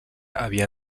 havia